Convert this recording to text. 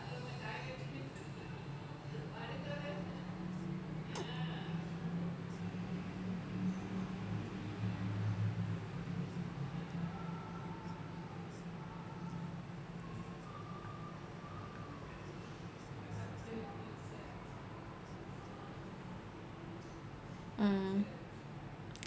mm